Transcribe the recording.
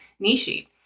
Nishi